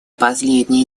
последние